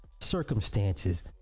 circumstances